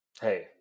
Hey